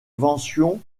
invention